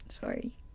Sorry